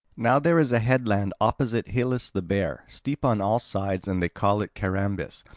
now there is a headland opposite helice the bear, steep on all sides, and they call it carambis,